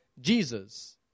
Jesus